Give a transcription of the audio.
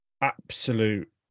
absolute